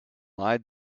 lied